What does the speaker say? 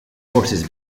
forces